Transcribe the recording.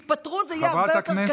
תתפטרו, זה יהיה הרבה יותר קצר.